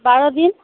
বাৰদিন